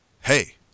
hey